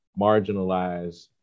marginalized